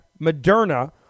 Moderna